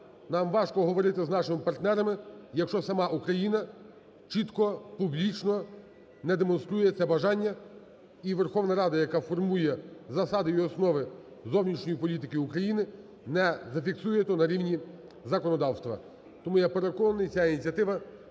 Нам важко говорити з нашими партнерами, якщо сама Україна чітко публічно не демонструє це бажання, і Верховна Рада, яка формує засади і основи зовнішньої політики України, не зафіксує це на рівні законодавства. Тому я переконаний, ця ініціатива